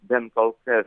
bent kol kas